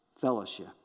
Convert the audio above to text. Fellowship